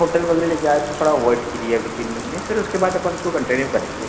hotel वग़ैरह ले जाए तो थोड़ा अवॉइड कीजिए अभी तीन महीने फिर उसके बाद अपन उसको कंटिन्यू करेंगे